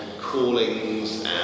callings